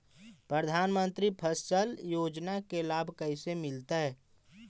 प्रधानमंत्री फसल योजना के लाभ कैसे मिलतै?